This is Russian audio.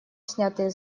снятые